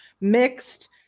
mixed